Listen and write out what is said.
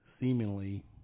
seemingly